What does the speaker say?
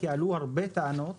כי עלו הרבה טענות